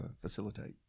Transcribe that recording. facilitate